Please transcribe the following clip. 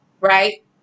right